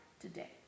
today